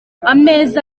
ameza